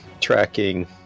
tracking